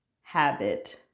habit